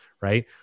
right